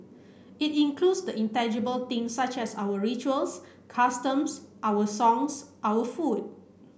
it includes the intangible thing such as our rituals customs our songs our food